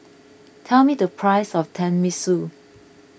tell me the price of Tenmusu